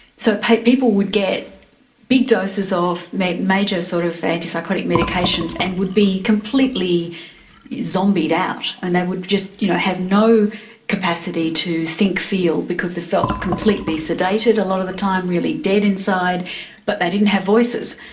so people would get big doses of major major sort of antipsychotic medications and would be completely zombied out, and they would just you know have no capacity to think, feel, because they felt completely sedated a lot of the time, really dead inside but they didn't have voices.